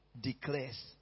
declares